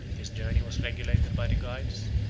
his journey was regulated by the guides,